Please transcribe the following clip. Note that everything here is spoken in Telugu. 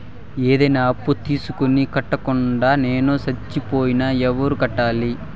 ఏదైనా అప్పు తీసుకొని కట్టకుండా నేను సచ్చిపోతే ఎవరు కట్టాలి?